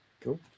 Cool